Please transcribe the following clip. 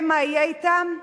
הם, מה יהיה אתם?